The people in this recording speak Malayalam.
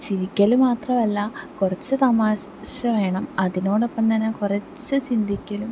ചിരിക്കല് മാത്രവല്ല കുറച്ച് തമാശ് ശ വേണം അതിനോടൊപ്പം തന്നെ കുറച്ച് ചിന്തിക്കലും